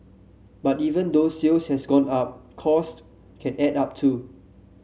but even though sales has gone up cost can add up too